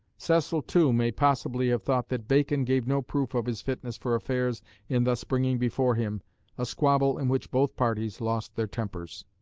cecil, too, may possibly have thought that bacon gave no proof of his fitness for affairs in thus bringing before him a squabble in which both parties lost their tempers.